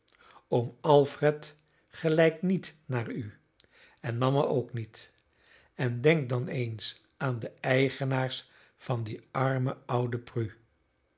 oom alfred gelijkt niet naar u en mama ook niet en denk dan eens aan de eigenaars van die arme oude prue